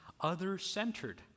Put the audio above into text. Other-centered